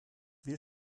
bir